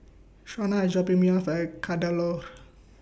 Shena IS dropping Me off At Kadaloor